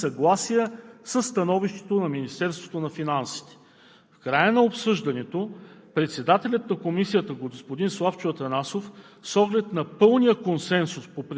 които изцяло подкрепиха предложения законопроект. Господин Ченчев изрази несъгласие със становището на Министерството на финансите. В края на обсъждането